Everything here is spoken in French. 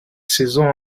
saison